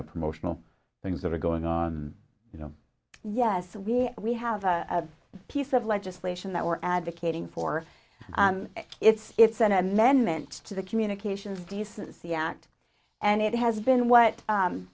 know promotional things that are going on you know yes we we have a piece of legislation that we're advocating for it's if senate men meant to the communications decency act and it has been what